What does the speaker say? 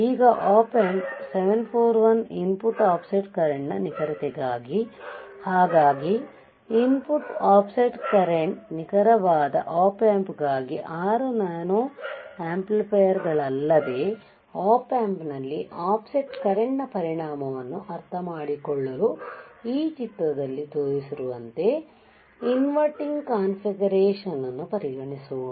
ಈಗ Op Amp 741 input offset ಕರೆಂಟ್ನ ನಿಖರತೆಗಾಗಿ ಹಾಗಾಗಿ ಇನ್ಪುಟ್ ಆಫ್ಸೆಟ್ ಕರೆಂಟ್ ನಿಖರವಾದ op Ampಗಾಗಿ 6 ನ್ಯಾನೊ ಆಂಪಿಯರ್ಗಳಲ್ಲದೇ op Ampನಲ್ಲಿ ಆಫ್ಸೆಟ್ ಕರೆಂಟ್ನ ಪರಿಣಾಮವನ್ನು ಅರ್ಥಮಾಡಿಕೊಳ್ಳಲು ಈ ಚಿತ್ರದಲ್ಲಿ ತೋರಿಸಿರುವಂತೆ ಇನ್ವರ್ಟಿಂಗ್ ಕಾನ್ಫಿಗರೇಶನ್ ಅನ್ನು ಪರಿಗಣಿಸೋಣ